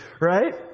right